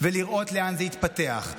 ולראות לאן זה יתפתח.